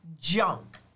junk